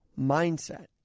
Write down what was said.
mindset